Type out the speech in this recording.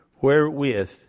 wherewith